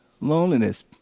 loneliness